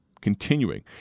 continuing